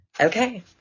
okay